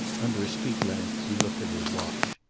under a street lamp he looked at his watch.